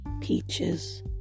peaches